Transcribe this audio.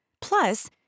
Plus